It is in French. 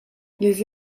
les